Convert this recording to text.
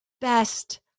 best